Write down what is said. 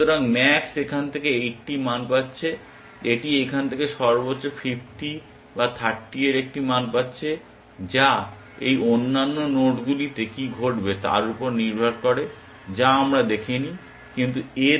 সুতরাং ম্যাক্স এখান থেকে 80 মান পাচ্ছে এটি এখান থেকে সর্বোচ্চ 50 বা 30 এর একটি মান পাচ্ছে যা এই অন্যান্য নোডগুলিতে কী ঘটবে তার উপর নির্ভর করে যা আমরা দেখিনি কিন্তু এর মান সর্বাধিক 50